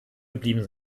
geblieben